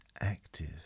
active